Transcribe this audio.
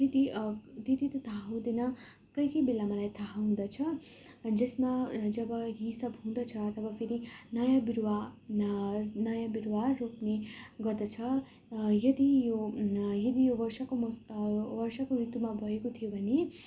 त्यति त्यति त थाहा हुँदैन कोही कोही बेला मलाई थाहा हुँदछ जसमा जब हिसाब हुँदछ जब फेरि नयाँ बिरुवा न नयाँ बिरुवा रोप्ने गर्दछ यदि यो यदि यो वर्षाको मौसम वर्षाको ऋतुमा भएको थियो भने